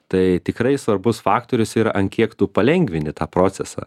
tai tikrai svarbus faktorius ir an kiek tu palengvini tą procesą